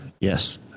Yes